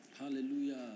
Hallelujah